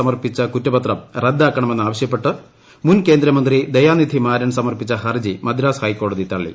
സമർപ്പിച്ച കുറ്റപത്രം റദ്ദാക്കണമെന്ന് ആവശ്യപ്പെട്ട് മുൻ കേന്ദ്ര്മൂന്ത്രി ദയാനിധി മാരൻ സമർപ്പിച്ച ഹർജി മദ്രാസ് ഉഐക്കോടതി തള്ളി